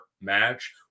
match